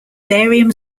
barium